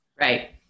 Right